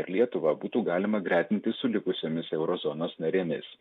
ir lietuvą būtų galima gretinti su likusiomis euro zonos narėmis